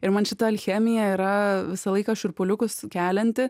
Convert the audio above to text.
ir man šita alchemija yra visą laiką šiurpuliukus kelianti